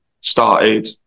started